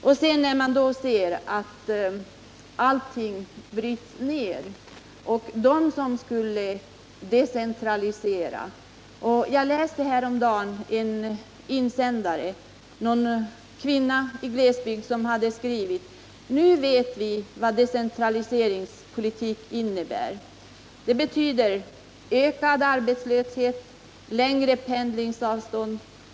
Besvikelsen blev oerhörd när allting bröts ner av dem som skulle decentralisera. Jag läste härom dagen i en insändare av en kvinna i glesbygden: Nu vet vi vad decentraliseringspolitik innebär. Det betyder ökad arbetslöshet, längre pendlingsavstånd.